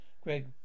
Greg